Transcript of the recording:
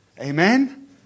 Amen